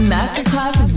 Masterclass